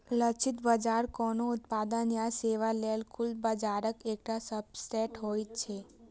लक्षित बाजार कोनो उत्पाद या सेवा लेल कुल बाजारक एकटा सबसेट होइ छै